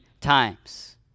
times